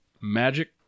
Magic